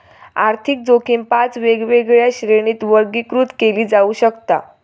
आर्थिक जोखीम पाच वेगवेगळ्या श्रेणींत वर्गीकृत केली जाऊ शकता